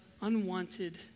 unwanted